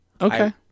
Okay